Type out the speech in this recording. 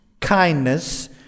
kindness